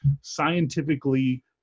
scientifically